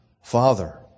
Father